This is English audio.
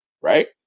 right